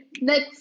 next